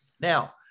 Now